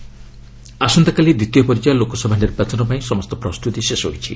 election ଆସନ୍ତାକାଲି ଦ୍ୱିତୀୟ ପର୍ଯ୍ୟାୟ ଲୋକସଭା ନିର୍ବାଚନ ପାଇଁ ସମସ୍ତ ପ୍ରସ୍ତୁତି ଶେଷ ହୋଇଛି